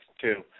two